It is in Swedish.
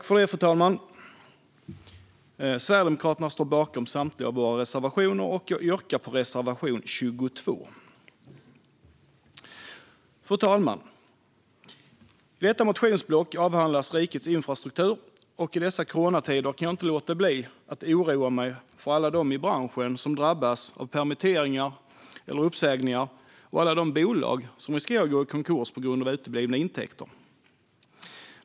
Fru talman! Sverigedemokraterna står bakom samtliga av våra reservationer. Jag yrkar dock bifall endast till reservation 22. Fru talman! I detta motionsblock avhandlas rikets infrastruktur, och i dessa coronatider kan jag inte låta bli att oroa mig för alla i branschen som drabbas av permitteringar eller uppsägningar och alla bolag som riskerar att gå i konkurs på grund av uteblivna intäkter.